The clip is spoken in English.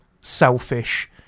selfish